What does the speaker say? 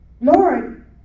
Lord